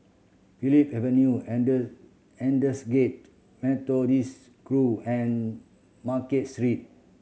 Phillip Avenue Aldersgate Methodist Grove and Market Street